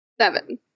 Seven